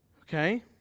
Okay